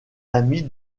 amis